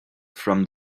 from